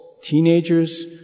teenagers